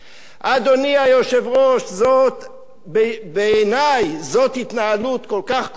אדוני היושב-ראש, בעיני זאת התנהלות כל כך כושלת,